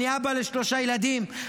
אני אבא לשלושה ילדים,